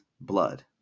blood